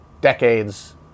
decades